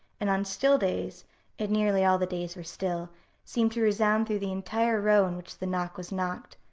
and on still days and nearly all the days were still seemed to resound through the entire row in which the knock was knocked.